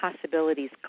possibilities